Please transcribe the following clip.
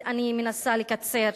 אני מנסה לקצר,